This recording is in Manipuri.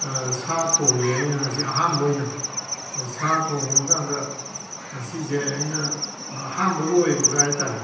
ꯁꯥ ꯊꯣꯡꯉꯦ ꯑꯩꯅ ꯉꯁꯤ ꯑꯍꯥꯟꯕ ꯑꯣꯏꯅ ꯁꯥ ꯊꯣꯡꯕ ꯀꯥꯟꯗ ꯉꯁꯤꯁꯦ ꯑꯩꯅ ꯑꯍꯥꯟꯕꯒ ꯑꯣꯏꯅꯒ ꯍꯥꯏꯇꯥꯔꯦ